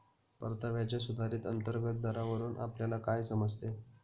परताव्याच्या सुधारित अंतर्गत दरावरून आपल्याला काय समजते?